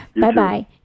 Bye-bye